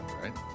right